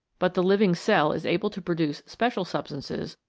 but the living cell is able to produce special substances,